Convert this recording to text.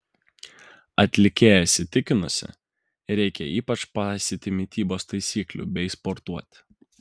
atlikėja įsitikinusi reikia ypač paisyti mitybos taisyklių bei sportuoti